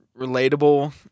relatable